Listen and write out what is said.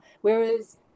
Whereas